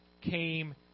came